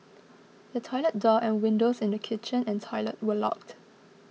the toilet door and windows in the kitchen and toilet were locked